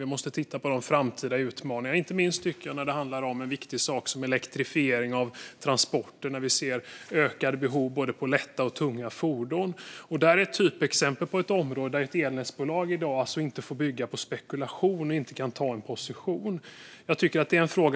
Vi måste titta på de framtida utmaningarna, inte minst när det gäller den viktiga elektrifieringen av transporter med ökade behov på både lätta och tunga fordon. Detta är ett typexempel på ett område där ett elnätsbolag i dag inte får bygga på spekulation och inte kan ta en position.